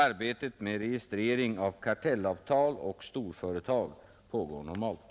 Arbetet med registrering av kartellavtal och storföretag pågår normalt.